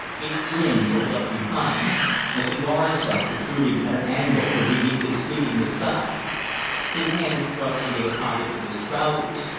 its brim curled up behind a cigar stump protruding at an angle from beneath his sweeping moustache his hands thrust into the pockets of his trousers,